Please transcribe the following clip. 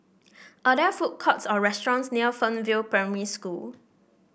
are there food courts or restaurants near Fernvale Primary School